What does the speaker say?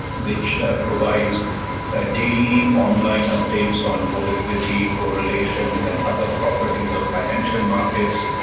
which provides daily online updates on volatility, correlations and other properties of financial markets.